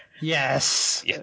Yes